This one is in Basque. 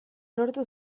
lortu